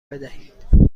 بدهید